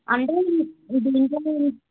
అంటే ఇది నీకే నీరి